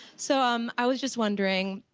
so um i was just wondering,